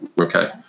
okay